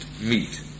meet